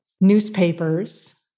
newspapers